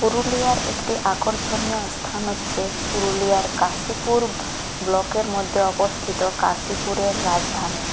পুরুলিয়ার একটি আকর্ষণীয় স্থান হচ্ছে পুরুলিয়ার কাশীপুর ব্লকের মধ্যে অবস্থিত কাশীপুরের রাজধানী